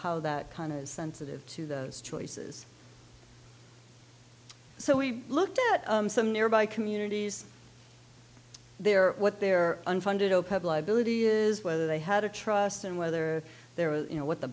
how that kind of sensitive to those choices so we looked at some nearby communities they're what their unfunded opeth liability is whether they had a trust and whether there were you know what the